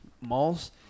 malls